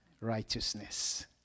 righteousness